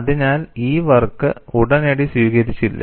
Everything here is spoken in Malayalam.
അതിനാൽ ഈ വർക്ക് ഉടനടി സ്വീകരിച്ചില്ല